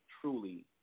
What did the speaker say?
truly